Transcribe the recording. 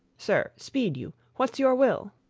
sir, speed you. what's your will?